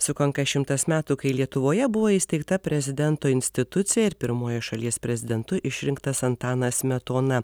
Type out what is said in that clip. sukanka šimtas metų kai lietuvoje buvo įsteigta prezidento institucija ir pirmuoju šalies prezidentu išrinktas antanas smetona